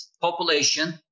population